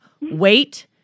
wait